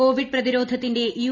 Covid പ്രതിരോധത്തിന്റെ U